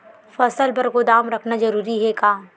फसल बर गोदाम रखना जरूरी हे का?